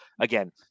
again